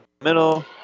middle